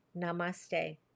Namaste